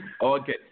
Okay